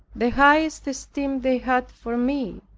the higher esteem they had for me.